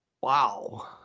Wow